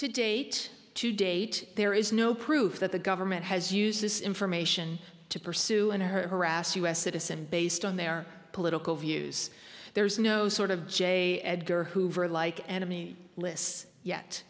to date to date there is no proof that the government has used this information to pursue and harass u s citizen based on their political views there's no sort of j edgar hoover like enemy lists yet